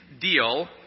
deal